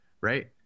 right